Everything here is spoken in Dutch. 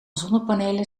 zonnepanelen